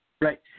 Right